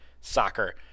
soccer